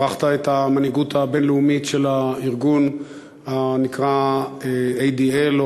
את המנהיגות הבין-לאומית של הארגון הנקרא ADL,